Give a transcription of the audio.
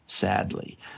sadly